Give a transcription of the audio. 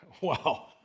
Wow